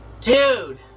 Dude